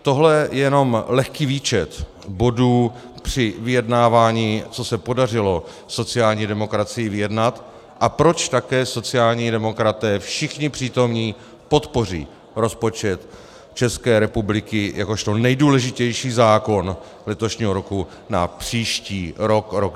Tohle je jenom lehký výčet bodů při vyjednávání, co se podařilo sociální demokracii vyjednat a proč také sociální demokraté, všichni přítomní, podpoří rozpočet České republiky jakožto nejdůležitější zákon letošního roku na příští rok, rok 2020.